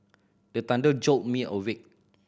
the thunder jolt me awake